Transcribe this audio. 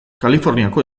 kaliforniako